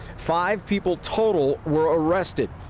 five people total were arrested,